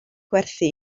gwerthu